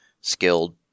skilled